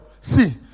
see